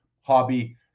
hobby